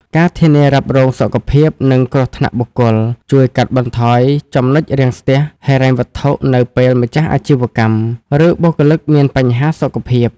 ការធានារ៉ាប់រងសុខភាព និងគ្រោះថ្នាក់បុគ្គល ជួយកាត់បន្ថយ ចំណុចរាំងស្ទះ ហិរញ្ញវត្ថុនៅពេលម្ចាស់អាជីវកម្ម ឬបុគ្គលិកមានបញ្ហាសុខភាព។